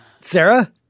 Sarah